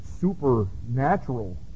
supernatural